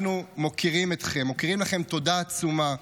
אנחנו מוקירים אתכם, מכירים לכם תודה עצומה,